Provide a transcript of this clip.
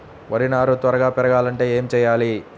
వరి నారు త్వరగా పెరగాలంటే ఏమి చెయ్యాలి?